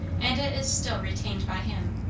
and it is still retained by him.